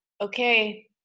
okay